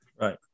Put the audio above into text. Right